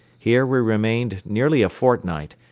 here we remained nearly a fortnight,